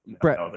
Brett